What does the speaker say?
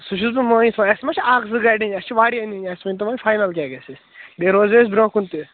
سُہ چھُس بہٕ مٲنِتھ وۅنۍ اسہِ ما چھِ اکھ زٕ گاڑِ نِنہٕ اسہِ چھِ واریاہ نِنہٕ اسہِ ؤنۍتو وۄنۍ فاینل کیٛاہ گژھِ اَسہِ بیٚیہِ روزو أسۍ برٛونٛہہ کُن تہِ